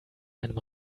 einem